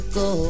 go